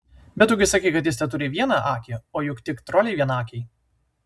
bet tu gi sakei kad jis teturi vieną akį o juk tik troliai vienakiai